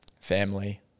family